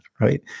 Right